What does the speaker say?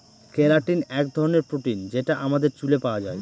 keratin এক ধরনের protein যেটা আমাদের চুলে পাওয়া যায়